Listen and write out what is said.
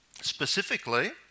specifically